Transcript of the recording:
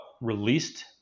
released